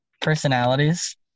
personalities